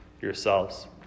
yourselves